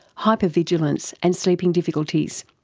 hypervigilance and sleeping difficulties.